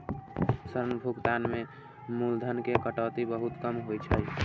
ऋण भुगतान मे मूलधन के कटौती बहुत कम होइ छै